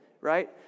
Right